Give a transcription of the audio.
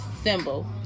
symbol